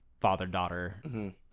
father-daughter